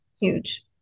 huge